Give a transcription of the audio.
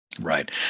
Right